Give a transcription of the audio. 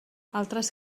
altres